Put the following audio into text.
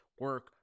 Work